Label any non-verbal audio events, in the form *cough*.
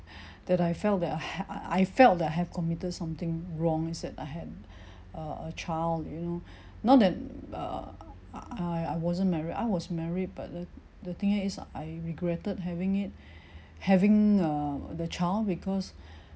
that I felt that I *breath* I I felt that I have committed something wrong is that I had a a child you know not that err I I wasn't married I was married but the the thing that is I regretted having it having err the child because